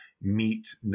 meet